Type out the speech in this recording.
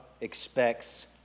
expects